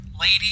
lady